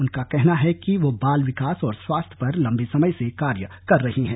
उनका कहना है कि वो बाल विकास और स्वास्थ्य पर लंबे समय से कार्य कर रही है